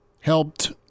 helped